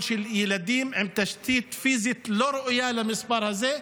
של ילדים ועם תשתית פיזית לא ראויה למספר הזה.